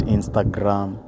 Instagram